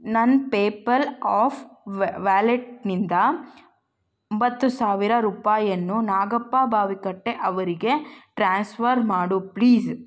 ನನ್ನ PayPal of ವ್ಯಾಲೆಟ್ನಿಂದ ಒಂಬತ್ತು ಸಾವಿರ ರೂಪಾಯಿಯನ್ನು ನಾಗಪ್ಪ ಬಾವಿಕಟ್ಟಿ ಅವರಿಗೆ ಟ್ರಾನ್ಸ್ಫರ್ ಮಾಡು ಪ್ಲೀಸ್